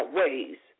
ways